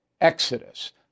Exodus